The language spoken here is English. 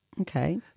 Okay